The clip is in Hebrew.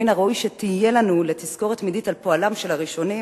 שמן הראוי שתהיה לנו לתזכורת תמידית על פועלם של הראשונים,